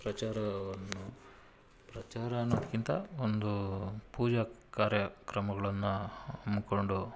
ಪ್ರಚಾರವನ್ನು ಪ್ರಚಾರ ಅನ್ನೋದಕ್ಕಿಂತ ಒಂದು ಪೂಜಾ ಕಾರ್ಯಕ್ರಮಗಳನ್ನ ಹಮ್ಕೊಂಡು